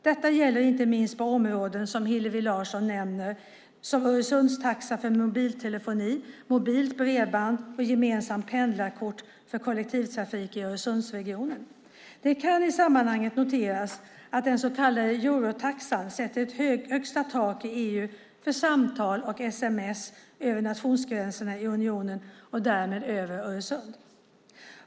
Detta gäller inte minst på områden som Hillevi Larsson nämner, som Öresundstaxa för mobiltelefoni, mobilt bredband och gemensamt pendlarkort för kollektivtrafiken i Öresundsregionen. Det kan i sammanhanget noteras att den så kallade eurotaxan sätter ett högsta tak i EU för samtal och sms över nationsgränserna i unionen och därmed över Öresund.